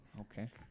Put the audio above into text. Okay